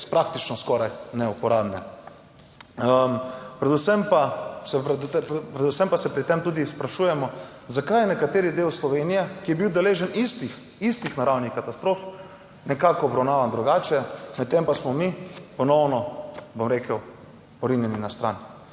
praktično skoraj neuporabne. Predvsem pa se pri tem tudi sprašujemo zakaj je nekateri del Slovenije, ki je bil deležen istih naravnih katastrof, nekako obravnavan drugače, medtem pa smo mi ponovno, bom rekel, porinjeni na stran